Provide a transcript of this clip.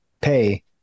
pay